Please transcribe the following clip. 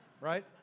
Right